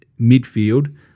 midfield